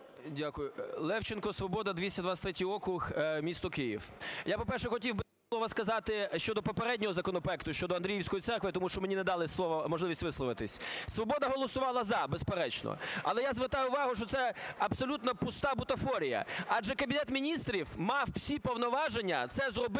Дякую. Левченко, "Свобода", 223 округ місто Київ. Я, по-перше, хотів би слово сказати щодо попереднього законопроекту щодо Андріївської церкви, тому що мені не дали слово, можливість висловитися. "Свобода" голосувала "за", безперечно, але я звертаю увагу, що це абсолютно пуста бутафорія, адже Кабінет Міністрів мав всі повноваження це зробити